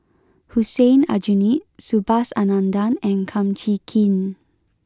Hussein Aljunied Subhas Anandan and Kum Chee Kin